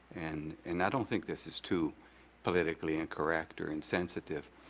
and and i don't think this is too politically incorrect or insensitive,